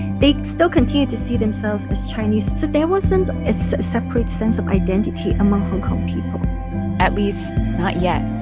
they still continued to see themselves as chinese. so there wasn't a so separate sense of identity among hong kong people at least not yet.